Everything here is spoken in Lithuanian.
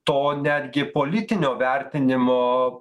to netgi politinio vertinimo